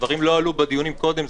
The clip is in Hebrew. הדברים לא עלו בדיונים קודם,